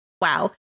wow